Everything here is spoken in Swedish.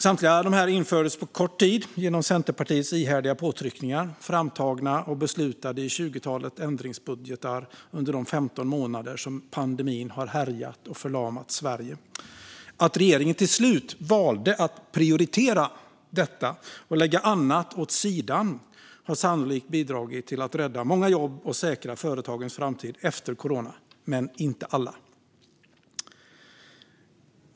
Samtliga stöd infördes på kort tid, genom Centerpartiets ihärdiga påtryckningar, och de är framtagna och beslutade i tjugotalet ändringsbudgetar under de 15 månader som pandemin har härjat och förlamat Sverige. Att regeringen till slut valde att prioritera detta och lägga annat åt sidan har sannolikt bidragit till att rädda många jobb och säkra företagens framtid efter corona. Men inte alla! Fru talman!